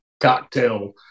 Cocktail